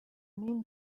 mean